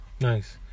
nice